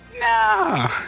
No